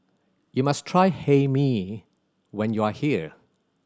you must try Hae Mee when you are here